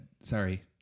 Sorry